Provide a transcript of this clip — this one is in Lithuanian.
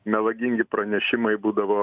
melagingi pranešimai būdavo